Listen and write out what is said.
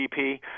GDP